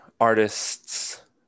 artists